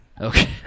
okay